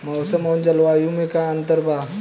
मौसम और जलवायु में का अंतर बा?